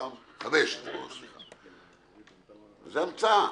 זו המצאה.